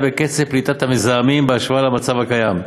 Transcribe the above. בקצב פליטת המזהמים בהשוואה למצב הקיים,